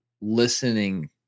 listening